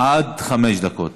עד חמש דקות.